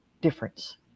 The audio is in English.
difference